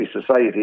society